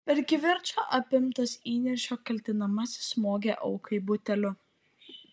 per kivirčą apimtas įniršio kaltinamasis smogė aukai buteliu